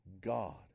God